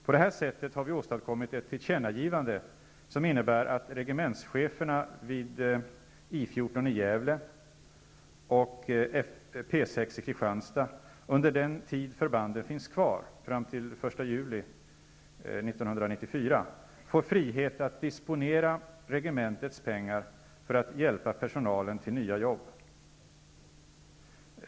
På det här sättet har vi åstadkommit ett tillkännagivande som innebär att regementscheferna vid I 14 i Gävle och P 6 i Kristianstad under den tid förbanden finns kvar - fram till den första juli 1994 -- får frihet att disponera regementets pengar för att hjälpa personalen till nya jobb.